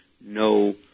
no